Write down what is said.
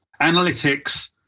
analytics